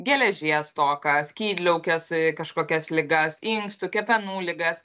geležies stoką skydliaukės kažkokias ligas inkstų kepenų ligas